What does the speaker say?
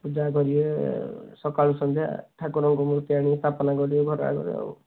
ପୂଜା କରିବେ ସକାଳୁ ସନ୍ଧ୍ୟା ଠାକୁରଙ୍କ ମୂର୍ତ୍ତି ଆଣିକି ସ୍ଥାପନା କରିବେ ଘର ଆଗରେ ଆଉ